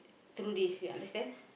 through this you understand